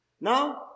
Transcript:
Now